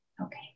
Okay